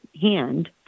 hand